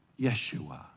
Yeshua